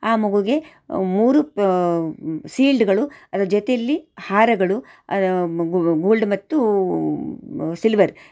ಆ ಮಗೂಗೆ ಮೂರು ಸೀಲ್ಡ್ಗಳು ಅದ್ರ ಜೊತೆಯಲ್ಲಿ ಹಾರಗಳು ಗೋಲ್ಡ್ ಮತ್ತು ಸಿಲ್ವರ್